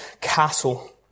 castle